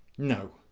no.